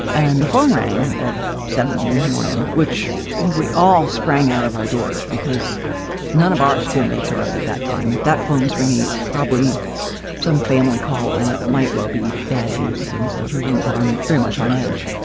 and the phone rang at seven in the morning, which we all sprang out of our doors because none of our school mates are up at that time. if that phone's ringing, it's probably some family call and it might well be bad news until everyone's on very much on edge.